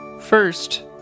First